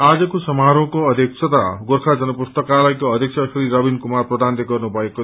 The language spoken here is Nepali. आजको समारोहको अध्यक्षता गोर्रा जन पुस्तकालयका अध्यक्ष ज्ञर रविन कुमार प्रधानले गर्नु भकऐ